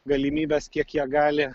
galimybes kiek jie gali